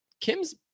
Kim's